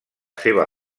seva